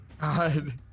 God